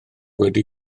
wedi